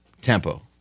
tempo